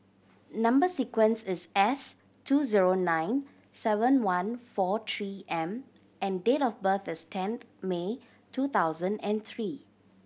number sequence is S two zero nine seven one four Three M and date of birth is tenth May two thousand and three